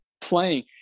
playing